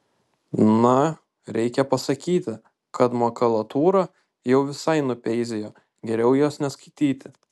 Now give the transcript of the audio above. na reikia pasakyti kad makulatūra jau visai nupeizėjo geriau jos neskaityti